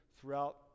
throughout